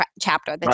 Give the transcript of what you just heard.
chapter